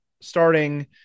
starting